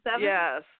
Yes